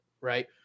right